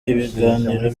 ibiganiro